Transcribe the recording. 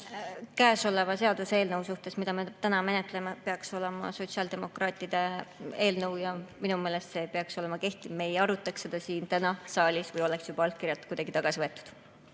Käesoleva seaduseelnõu suhtes, mida me täna menetleme: see peaks olema sotsiaaldemokraatide eelnõu ja minu meelest see peaks olema kehtiv. Me ei arutaks seda siin täna saalis, kui oleks juba allkirjad kuidagi tagasi võetud.